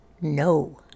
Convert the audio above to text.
no